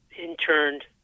interned